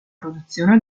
produzione